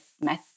met